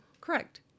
Correct